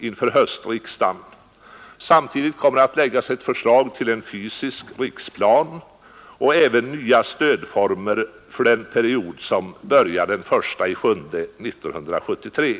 att ta ställning till. Samtidigt kommer förslag till fysisk riksplan att framläggas liksom även nya stödformer för den period som börjar den 1 juli 1973.